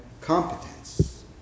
competence